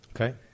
Okay